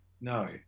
No